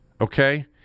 okay